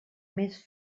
més